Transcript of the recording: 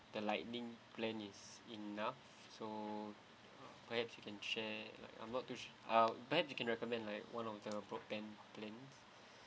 the lightning plan is enough so uh perhaps you can share I'm not too uh perhaps you can recommend like one of the broadband plan